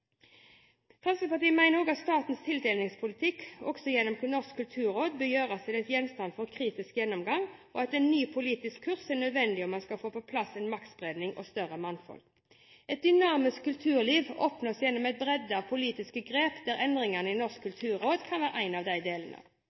Fremskrittspartiet mener også at statens tildelingspolitikk gjennom Norsk kulturråd bør gjøres til gjenstand for kritisk gjennomgang, at en ny politisk kurs er nødvendig om man skal få på plass en maktspredning og større mangfold. Et dynamisk kulturliv oppnås gjennom en bredde av politiske grep, der endringene i Norsk kulturråd kan være et av